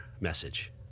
message